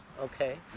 Okay